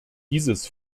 dieses